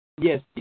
Yes